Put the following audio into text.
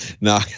No